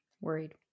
worried